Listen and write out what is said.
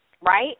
right